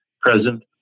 present